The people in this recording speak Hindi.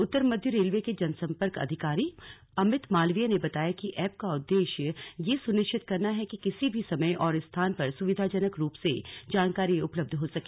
उत्तर मध्य रेलवे के जनसंपर्क अधिकारी अमित मालवीय ने बताया कि एप का उद्देश्य ये सुनिश्चित करना है कि किसी भी समय और स्थान पर सुविधाजनक रूप से जानकारी उपलब्ध हो सके